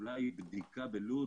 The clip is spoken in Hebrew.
אולי צריך לעשות בדיקה בלוד,